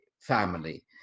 family